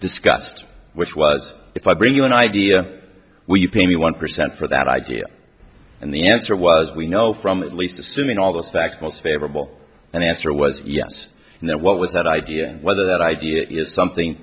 discussed which was if i bring you an idea will you pay me one percent for that idea and the answer was we know from at least assuming all those facts most favorable and answer was yes and then what was that idea whether that idea is something